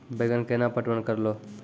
बैंगन केना पटवन करऽ लो?